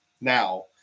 now